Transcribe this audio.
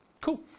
Cool